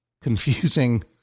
Confusing